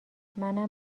منم